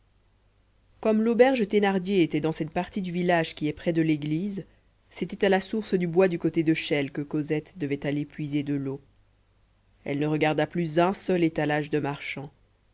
comme l'auberge thénardier était dans cette partie du village qui est près de l'église c'était à la source du bois du côté de chelles que cosette devait aller puiser de l'eau elle ne regarda plus un seul étalage de marchand